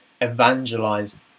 evangelize